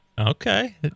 Okay